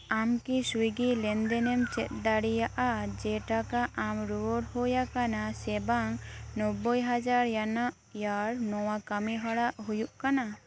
ᱟᱢ ᱠᱤ ᱥᱩᱭᱜᱤ ᱞᱮᱱᱫᱮᱱᱮᱢ ᱪᱮᱫ ᱫᱟᱲᱮᱭᱟᱜᱼᱟ ᱡᱮ ᱴᱟᱠᱟ ᱟᱢ ᱨᱩᱣᱟᱹᱲ ᱦᱩᱭ ᱟᱠᱟᱱᱟ ᱥᱮ ᱵᱟᱝ ᱱᱚᱵᱽᱵᱚᱭ ᱦᱟᱡᱟᱨ ᱟᱱᱟᱜ ᱤᱭᱟᱨ ᱱᱚᱣᱟ ᱠᱟᱹᱢᱤ ᱦᱚᱨᱟ ᱦᱩᱭᱩᱜ ᱠᱟᱱᱟ